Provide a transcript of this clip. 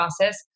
process